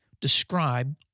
describe